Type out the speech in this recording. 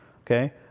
Okay